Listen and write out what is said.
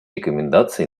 рекомендации